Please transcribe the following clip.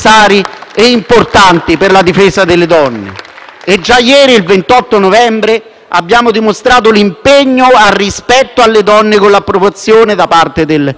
Ieri, il 28 novembre, abbiamo dimostrato l'impegno al rispetto alle donne con l'approvazione da parte del Consiglio